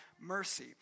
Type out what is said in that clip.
mercy